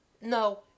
No